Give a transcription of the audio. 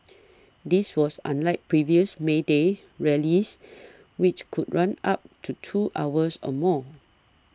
this was unlike previous May Day rallies which could run up to two hours or more